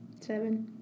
Seven